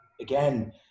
again